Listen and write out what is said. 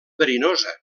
verinosa